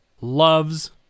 loves